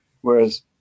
whereas